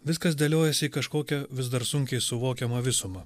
viskas dėliojasi į kažkokią vis dar sunkiai suvokiamą visumą